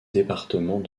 département